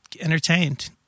entertained